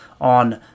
on